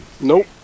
Nope